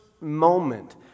moment